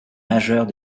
majeures